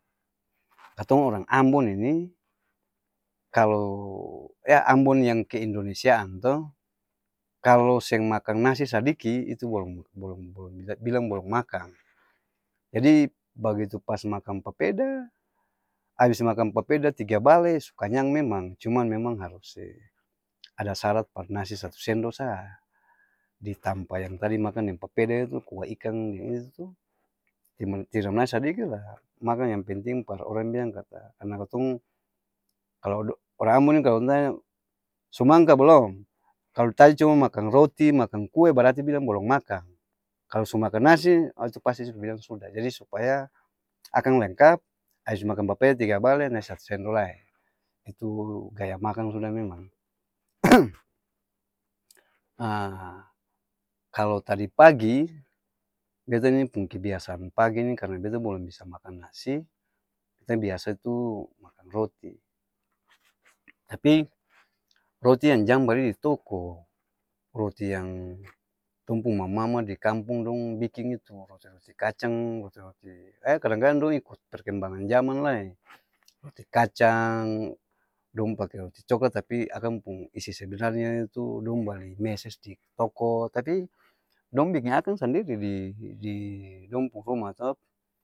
Katong orang ambon ini, kalo ya ambon yang ke indonesiaan to, kalo seng makang nasi sadiki, itu balong balong balong-bilang balong makang jadi, bagitu pas makang papeda, abis makang papeda tiga bale, su kanyang memang, cuman memang harus ada sarat par nasi satu sendo sa di tampa yang tadi makang deng papeda itu kua ikang deng itu tu, timba nasi sadiki laa makang yang penting par orang bilang kata karna katong kalo orang ambon ni kalo dong tanya su makang ka balong? Kalo tanya cuma makang roti, makang kue, barati bilang balong makang, kalo su makang nasi, o' itu pasti su bilang suda jadi supaya akang lengkap, abis makang papeda tiga bale nae satu sendo lai, itu gaya makang suda memang kalo tadi pagi, beta ni pung kebiasaan pagi ni karna beta balong bisa makang nasi, beta biasa tu makang roti tapi, roti yang jang bali di toko, roti yang tong pung mama-mama di kampung dong biking itu, roti-roti kacang, roti-roti'e kadang-kadang dong ikut perkembangan jaman lai, roti kacang dong pake roti coklat tapi akang pung isi sebenarnya itu, dong bali meses di toko tapi dong biking akang sandiri di di-dong pung rumah to.